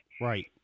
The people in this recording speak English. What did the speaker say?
Right